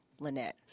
Lynette